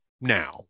now